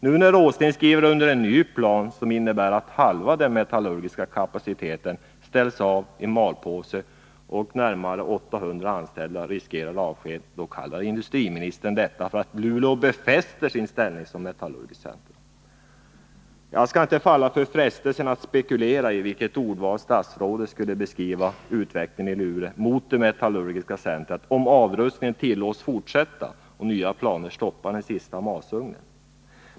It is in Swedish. Nu, då industriminister Åsling skriver under på en ny plan som innebär att halva den metallurgiska kapaciteten ställs i malpåse och närmare 800 anställda riskerar avsked, kallar industriministern detta för att Luleå befäster sin ställning som metallurgiskt centrum. Jag skall inte falla för frestelsen att spekulera i vilket ordval statsrådet skulle göra vid en beskrivning av utvecklingen i Luleå mot det metallurgiska centrat, om avrustningen tillåts fortsätta och nya planer stoppar den sista masugnen.